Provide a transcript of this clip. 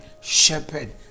shepherd